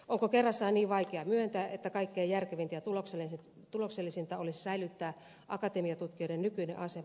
onko kerrassaan niin vaikea myöntää että kaikkein järkevintä ja tuloksellisinta olisi säilyttää akatemiatutkijoiden nykyinen asema